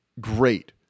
great